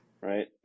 right